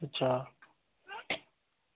अच्छा